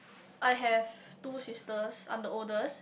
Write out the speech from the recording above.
I have two sisters I'm the oldest